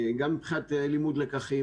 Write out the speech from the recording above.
גם מבחינת לימוד לקחים,